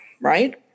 Right